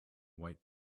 white